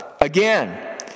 again